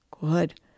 Good